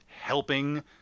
helping